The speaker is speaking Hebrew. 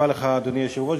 אדוני היושב-ראש,